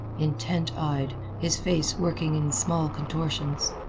intent-eyed, his face working in small contortions.